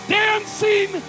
dancing